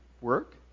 work